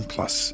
Plus